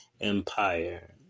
Empire